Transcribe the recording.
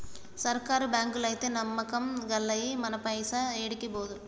సర్కారు బాంకులైతే నమ్మకం గల్లయి, మన పైస ఏడికి పోదు